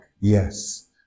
Yes